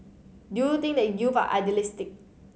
do you think that youth are idealistic